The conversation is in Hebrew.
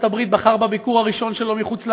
הברית בחר בביקור הראשון שלו מחוץ למולדת,